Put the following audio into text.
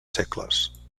segles